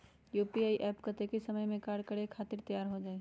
UPI app कतेइक समय मे कार्य करे खातीर तैयार हो जाई?